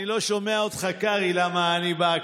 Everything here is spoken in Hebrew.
אחד מהשני,